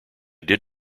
did